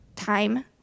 time